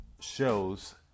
shows